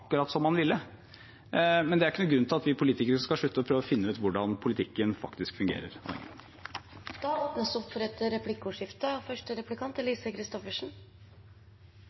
som man ville, men det er ikke noen grunn til at vi politikere skal slutte å prøve å finne ut hvordan politikken faktisk fungerer. Det blir replikkordskifte. Både representanten Heidi Nordby Lunde og